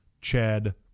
Chad